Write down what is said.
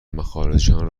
مخارجشان